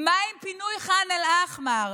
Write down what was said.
מה עם פינוי ח'אן אל-אחמר?